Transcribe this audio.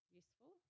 useful